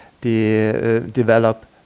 develop